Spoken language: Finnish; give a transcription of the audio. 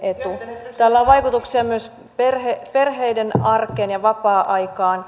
tällä on vaikutuksia myös perheiden arkeen ja vapaa aikaan